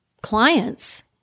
clients